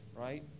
Right